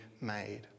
made